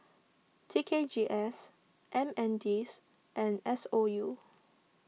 T K G S MNDS and S O U